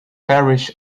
parish